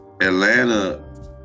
Atlanta